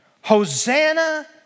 Hosanna